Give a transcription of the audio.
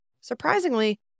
Surprisingly